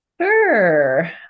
Sure